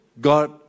God